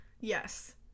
Yes